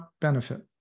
benefit